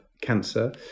cancer